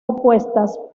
opuestas